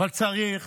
אבל צריך